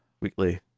weekly